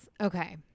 Okay